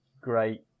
great